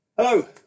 Hello